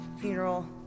funeral